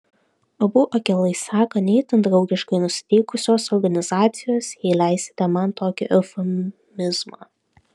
abu akylai seka ne itin draugiškai nusiteikusios organizacijos jei leisite man tokį eufemizmą